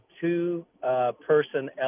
two-person